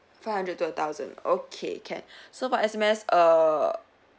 five hundred to a thousand okay can so for S_M_S err